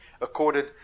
accorded